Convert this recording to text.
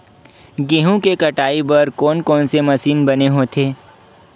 गेहूं के कटाई बर कोन कोन से मशीन बने होथे?